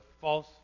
false